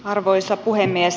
arvoisa puhemies